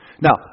Now